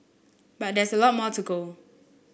but there's a lot more to go